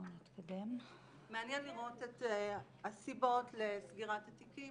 מעניין לראות את הסיבות לסגירת התיקים